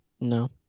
No